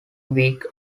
week